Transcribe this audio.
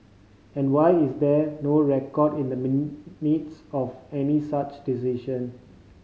and why is there no record in the Minutes of any such decision